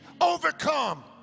overcome